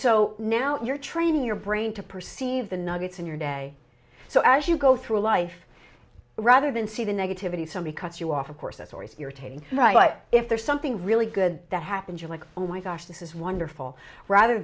so now you're training your brain to perceive the nuggets in your day so as you go through life rather than see the negativity somebody cuts you off of course as always you're taking right if there's something really good that happens you're like oh my gosh this is wonderful rather